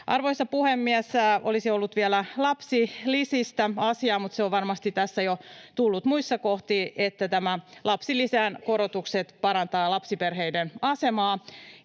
Arvoisa puhemies! Olisi ollut vielä lapsilisistä asiaa, mutta se on varmasti tullut tässä jo muissa kohdin, että nämä lapsilisän korotukset parantavat lapsiperheiden asemaa.